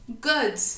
good